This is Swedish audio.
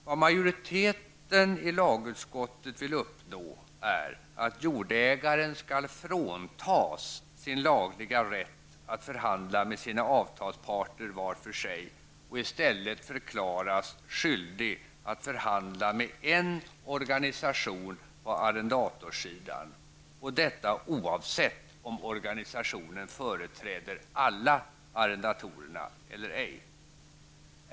Vad majoriteten i lagutskottet vill uppnå är att jordägaren skall fråntas sin lagliga rätt att förhandla med sina avtalsparter var för sig och i stället förklaras skyldig att förhandla med en organisation på arrendatorssidan, och detta oavsett om organisationen företräder alla arrendatorerna eller ej.